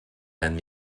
and